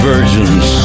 Virgins